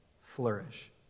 flourish